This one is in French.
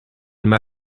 m’a